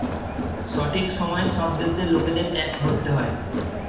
সঠিক সময়ে সব দেশের লোকেদের ট্যাক্স ভরতে হয়